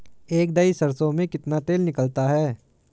एक दही सरसों में कितना तेल निकलता है?